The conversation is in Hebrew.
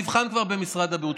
הוא כבר נבחן במשרד הבריאות,